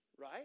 Right